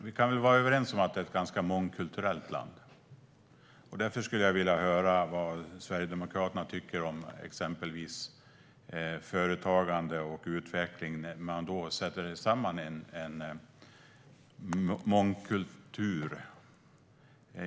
Vi kan väl vara överens om att det är ett ganska mångkulturellt land? Därför skulle jag vilja höra vad Sverigedemokraterna tycker om exempelvis företagande och utveckling när man sätter det i samband med en mångkultur.